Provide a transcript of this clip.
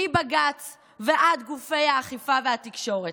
מבג"ץ ועד גופי האכיפה והתקשורת.